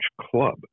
club